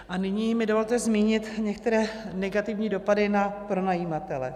A nyní mi dovolte zmínit některé negativní dopady na pronajímatele.